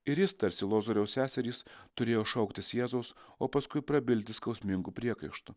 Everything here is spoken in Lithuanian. ir jis tarsi lozoriaus seserys turėjo šauktis jėzaus o paskui prabilti skausmingu priekaištu